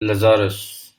lazarus